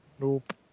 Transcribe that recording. Nope